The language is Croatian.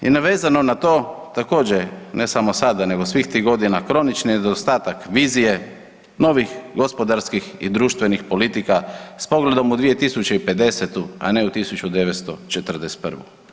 I navezano na to također ne samo sada nego svih tih godina kronični je nedostatak vizije novih gospodarskih i društvenih politika s pogledom u 2050., a ne u 1941.